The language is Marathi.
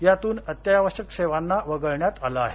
यातून अत्यावश्यक सेवांना वगळण्यात आलं आहे